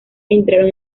entraron